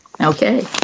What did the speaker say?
Okay